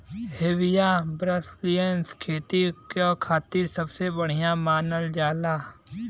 Hevea brasiliensis खेती क खातिर सबसे बढ़िया मानल जाला